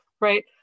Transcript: right